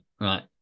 right